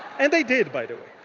and they did, by the way.